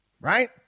Right